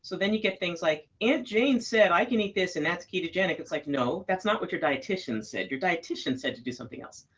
so then you get things like aunt jane said i can eat this and that's ketogenic. it's like no, that's not what your dietician said. your dietician said to do something else.